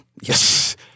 yes